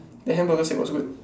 the hamburger steak was good